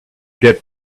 get